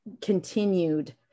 continued